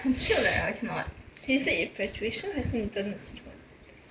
is it infatuation 还是你真的喜欢